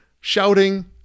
shouting